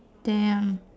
damn